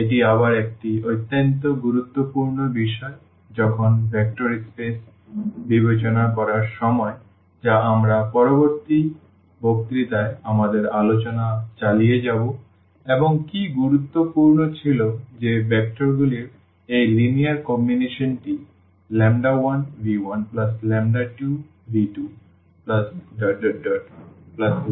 এটি আবার একটি অত্যন্ত গুরুত্বপূর্ণ বিষয় যখন ভেক্টর স্পেস বিবেচনা করার সময় যা আমরা পরবর্তী বক্তৃতায় আমাদের আলোচনা চালিয়ে যাব এবং কী গুরুত্বপূর্ণ ছিল যে ভেক্টরগুলির এই লিনিয়ার কম্বিনেশনটি 1v12v2nvn0